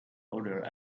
other